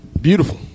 Beautiful